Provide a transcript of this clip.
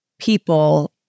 people